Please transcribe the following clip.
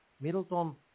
Middleton